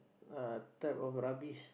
uh type of rubbish